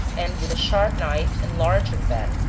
and with a sharp knife enlarging that,